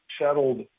settled